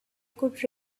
could